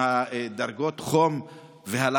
בקיץ, עם דרגות החום והלחות,